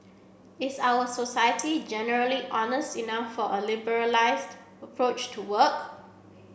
is our society generally honest enough for a liberalised approach to work